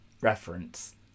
reference